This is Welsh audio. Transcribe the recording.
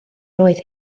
roedd